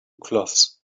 cloths